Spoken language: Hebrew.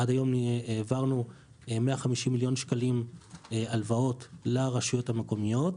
עד היום העברנו 150 מיליון שקלים הלוואות לרשויות המקומיות,